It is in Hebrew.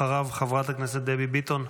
אחריו, חברת הכנסת דבי ביטון.